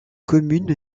commune